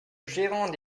gérant